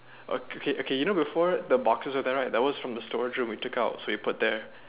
okay okay you know before the boxes where there that was from the store room so we took out and put there